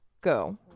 go